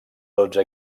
dotze